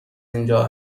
اینجا